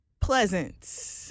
pleasant